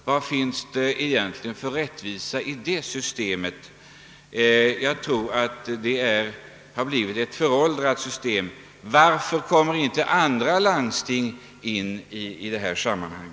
Vad finns det för rättvisa i ett sådant system? Det är säkert föråldrat. Och varför kommer inte andra landsting in i detta sammanhang?